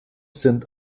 sind